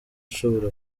ashobora